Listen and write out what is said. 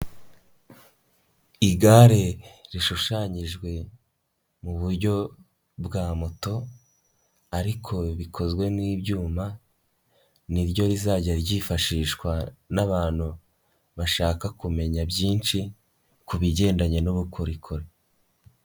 Igare rishushanyijwe mu buryo bwa moto ariko bikozwe n'ibyuma, niryo rizajya ryifashishwa n'abantu bashaka kumenya byinshi, ku bigendanye n'ubukorikori.